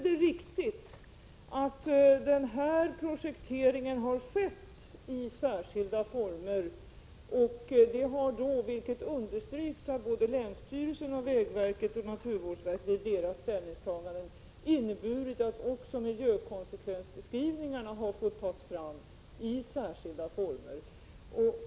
Det är riktigt att den här projekteringen har skett i särskilda former, och det har då — vilket understryks av både länsstyrelsen, vägverket och naturvårdsverket i deras ställningstaganden —- inneburit att också miljökonsekvensbeskrivningarna har fått tas fram i särskilda former.